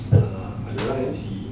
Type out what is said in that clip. ada orang M_C